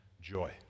joy